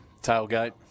Tailgate